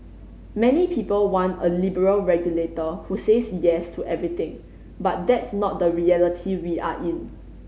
many people want a liberal regulator who says Yes to everything but that's not the reality we are in